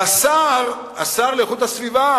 והשר לאיכות הסביבה